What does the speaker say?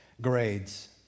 grades